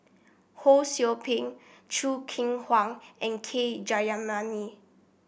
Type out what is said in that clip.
Ho Sou Ping Choo Keng Kwang and K Jayamani